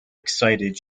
excited